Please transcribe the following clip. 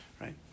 right